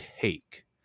Take